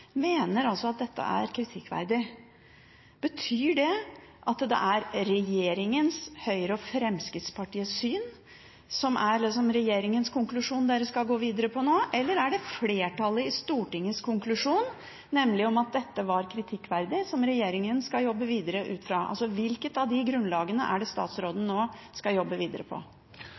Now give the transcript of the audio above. mener at dette er kritikkverdig. Betyr det at det er regjeringens – Høyres og Fremskrittspartiets – syn som er regjeringens konklusjon, og som en nå skal gå videre med, eller er det konklusjonen til flertallet i Stortinget, nemlig at dette var kritikkverdig, som regjeringen skal jobbe videre ut fra? Hvilket av de grunnlagene er det statsråden nå skal jobbe videre på?